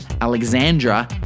Alexandra